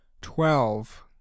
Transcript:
Twelve